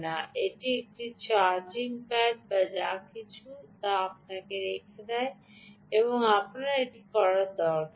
এটি এটিকে charging pod বা যা কিছু এবং তারপরে রেখে দেয় আপনার এটি করার দরকার নেই